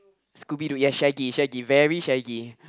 Scooby-Doo yes shaggy shaggy very shaggy